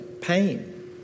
pain